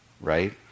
right